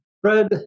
Fred